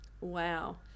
Wow